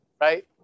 right